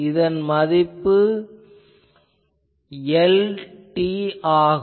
இதன் மதிப்பு Lr ஆகும்